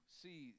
see